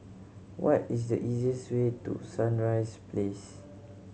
what is the easiest way to Sunrise Place